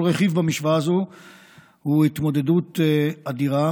כל רכיב במשוואה הזאת הוא התמודדות אדירה